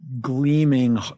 gleaming